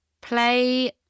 play